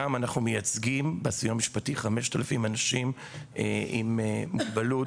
אנחנו מייצגים בסיוע המשפטי 5,000 אנשים עם מוגבלות